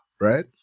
right